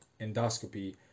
endoscopy